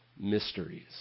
mysteries